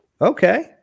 Okay